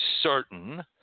certain